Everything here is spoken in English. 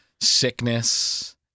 sickness